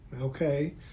okay